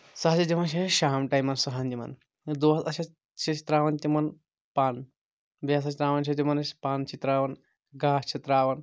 سُہ حظ دِوان چھِ أسۍ شام ٹایمس سُہ ہن دِوان دۄہس أسۍ حظ چھِ تراوان تِمن پَن بیٚیہِ ہسا تراوان چھِ أسۍ پَن چھِ تراوان گاسہٕ چھِ تراوان